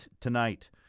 tonight